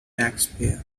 taxpayer